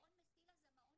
מעון 'מסילה' זה המעון